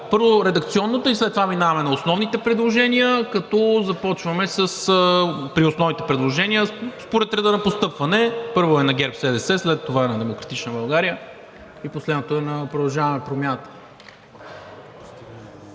Първо е редакционното и след това минаваме на основните предложения, като започваме с основните предложения според реда на постъпване – първото е на ГЕРБ-СДС, след това е на „Демократична България“ и последното е на „Продължаваме Промяната“.